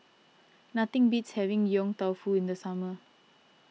nothing beats having Yong Tau Foo in the summer